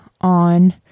on